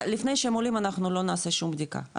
לפני שהם עולים אנחנו לא נעשה שום בדיקה,